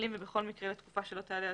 המילים "ובכל מקרה לתקופה שלא תעלה על